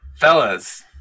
fellas